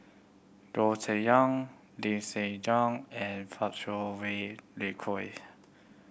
Goh Cheng Liang Lim Siong Guan and Fang Kuo Wei